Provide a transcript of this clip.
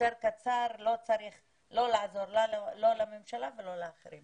יותר קצר לא צריך לא לעזור לא לממשלה ולא ולאחרים